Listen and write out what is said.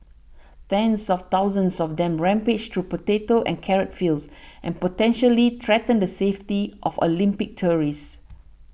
tens of thousands of them rampage through potato and carrot fields and potentially threaten the safety of Olympics tourists